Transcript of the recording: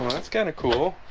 that's kind of cool